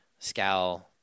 Scal